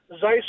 Zeiss